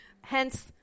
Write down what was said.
Hence